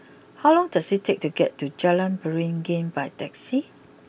how long does it take to get to Jalan Beringin by taxi